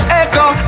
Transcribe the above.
echo